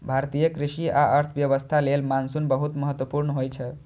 भारतीय कृषि आ अर्थव्यवस्था लेल मानसून बहुत महत्वपूर्ण होइ छै